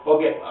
Okay